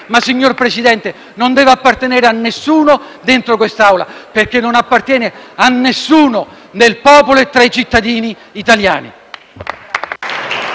ma, signor Presidente, non deve appartenere a nessuno in quest'Aula, perché non appartiene a nessuno nel popolo e tra i cittadini italiani.